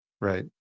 Right